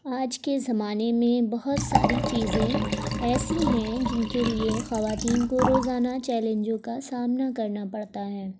آج کے زمانے میں بہت ساری چیزیں ایسی ہیں جن کے لیے خواتین کو روزانہ چیلنجوں کا سامنا کرنا پڑتا ہے